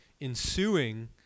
ensuing